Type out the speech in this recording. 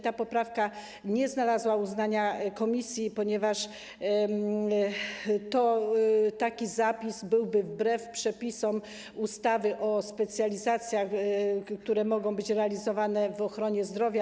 Ta poprawka nie znalazła uznania komisji, ponieważ taki zapis byłby wbrew przepisom ustawy o specjalizacjach, które mogą być realizowane w ochronie zdrowia.